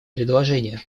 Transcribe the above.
предложения